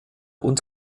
und